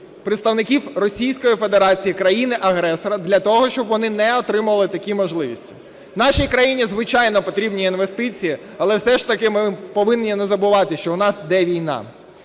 представників Російської Федерації, країни-агресора для того, щоб вони не отримували такі можливості. Нашій країні, звичайно, потрібні інвестиції, але все ж таки ми повинні не забувати, що у нас іде війна.